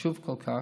החשוב כל כך,